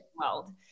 world